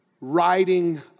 riding